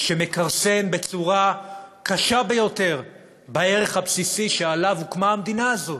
שמכרסם בצורה הקשה ביותר בערך הבסיסי שעליו הוקמה המדינה הזאת: